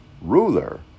ruler